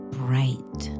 bright